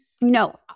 No